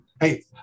Hey